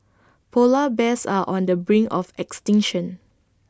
Polar Bears are on the brink of extinction